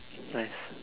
nice